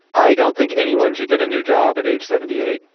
i don't think anyone should get a new job at age seventy eight.